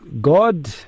God